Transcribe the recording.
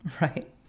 Right